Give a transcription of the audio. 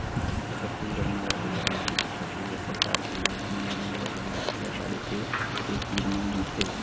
छत्तीसगढ़ म रहइया लोगन ह छत्तीसगढ़ सरकार के ए योजना ल नरूवा, गरूवा, घुरूवा, बाड़ी के के तीर म जीथे